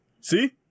See